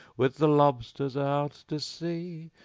with the lobsters out to sea!